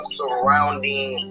surrounding